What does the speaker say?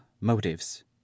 motives